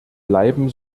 bleiben